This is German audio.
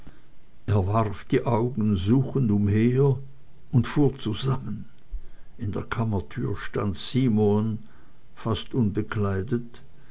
er warf die augen suchend umher und fuhr zusammen in der kammertür stand simon fast unbekleidet